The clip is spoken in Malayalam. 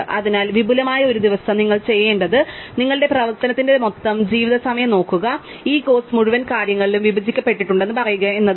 അതിനാൽ വിപുലമായ ഒരു ദിവസം നിങ്ങൾ ചെയ്യേണ്ടത് നിങ്ങളുടെ പ്രവർത്തനത്തിന്റെ മൊത്തം ജീവിത സമയം നോക്കുക ഈ കോഴ്സ് മുഴുവൻ കാര്യങ്ങളിലും വിഭജിക്കപ്പെട്ടിട്ടുണ്ടെന്ന് പറയുക എന്നതാണ്